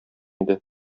иде